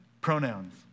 pronouns